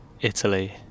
Italy